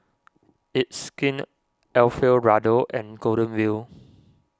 It's Skin Alfio Raldo and Golden Wheel